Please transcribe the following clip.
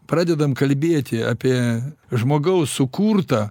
pradedam kalbėti apie žmogaus sukurtą